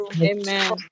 Amen